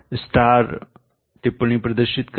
star टिप्पणी प्रदर्शित करेगा